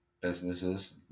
businesses